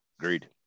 Agreed